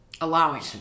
Allowing